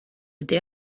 ydy